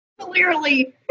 Clearly